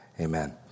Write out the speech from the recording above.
amen